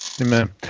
Amen